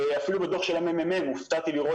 אפילו בדוח מרכז המחקר והמידע של הכנסת הופתעתי לראות